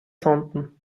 sonden